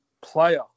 player